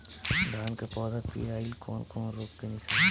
धान के पौधा पियराईल कौन रोग के निशानि ह?